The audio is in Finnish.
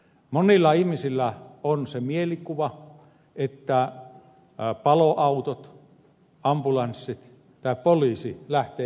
monilla ihmisillä on se mielikuva että paloautot ambulanssit tai poliisi lähtevät hätäkeskuksesta